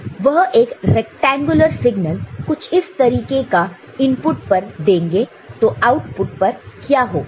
तो वह एक रैक्टेंगुलर सिग्नल कुछ इस तरीके का इनपुट पर देंगे तो आउटपुट पर क्या होगा